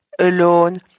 alone